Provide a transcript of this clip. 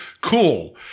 cool